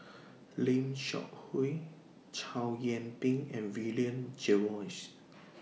Lim Seok Hui Chow Yian Ping and William Jervois